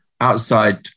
outside